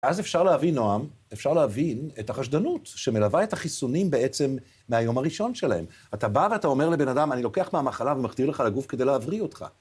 אז אפשר להבין, נועם, אפשר להבין את החשדנות שמלווה את החיסונים בעצם מהיום הראשון שלהם. אתה בא ואתה אומר לבן אדם, אני לוקח מהמחלה ומחדיר לך לגוף כדי להבריא אותך.